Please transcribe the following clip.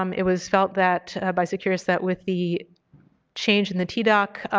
um it was felt that by securus that with the change in the tdoc